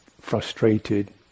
frustrated